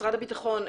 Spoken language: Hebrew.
משרד הביטחון,